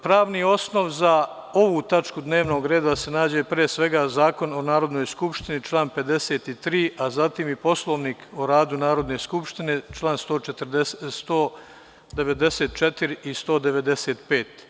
Pravni osnov za ovu tačku dnevnog reda je da se nađe pre svega Zakon o Narodnoj skupštini, član 53, a zatim i Poslovnik o radu Narodne skupštine, član 194. i 195.